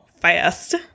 fast